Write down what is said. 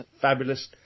fabulous